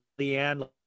Leanne